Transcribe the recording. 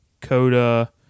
Coda